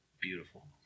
Beautiful